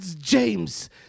James